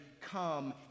come